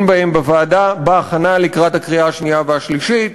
בהם בוועדה בהכנה לקראת הקריאה השנייה והשלישית,